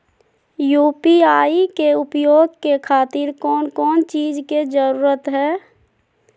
UPI के उपयोग के खातिर कौन कौन चीज के जरूरत है?